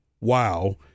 wow